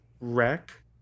Wreck